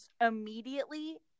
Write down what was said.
immediately